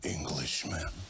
Englishman